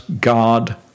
God